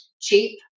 cheap